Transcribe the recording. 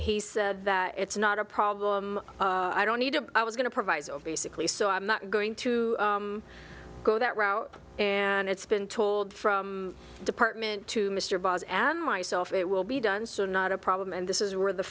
he said that it's not a problem i don't need to i was going to proviso basically so i'm not going to go that route and it's been told from department to mr baez and myself it will be done so not a problem and this is where the